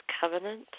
Covenant